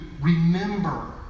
remember